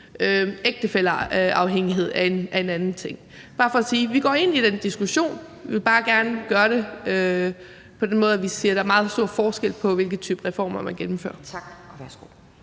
ægtefælleafhængighed er en anden ting. Det er bare for at sige, at vi går ind i den diskussion, vi vil bare gerne gøre det på den måde, at vi siger, at der er meget stor forskel på, hvilken type reformer man gennemfører. Kl.